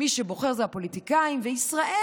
מי שבוחר זה הפוליטיקאים, ובישראל